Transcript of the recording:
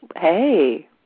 Hey